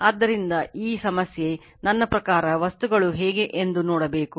ಆದ್ದರಿಂದ ಈ ಸಮಸ್ಯೆ ನನ್ನ ಪ್ರಕಾರ ವಸ್ತುಗಳು ಹೇಗೆ ಎಂದು ನೋಡಬೇಕು